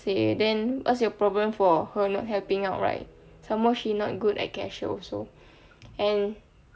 leh then what's your problem for her not helping out right some more she not good at cashier also and